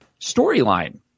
storyline